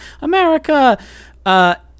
America